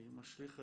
אני משליך רגע.